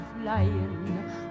flying